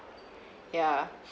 yeah